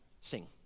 sing